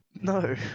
no